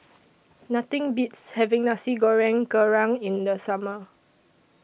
Nothing Beats having Nasi Goreng Kerang in The Summer